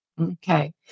Okay